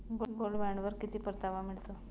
Gold बॉण्डवर किती परतावा मिळतो?